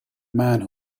man